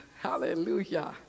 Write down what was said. Hallelujah